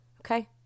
okay